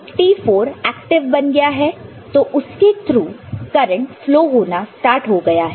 T4 active बन गया है तो इसके ट्रु करंट फ्लो होना स्टार्ट हो गया है